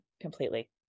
completely